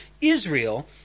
Israel